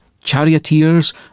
charioteers